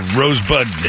rosebud